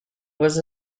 was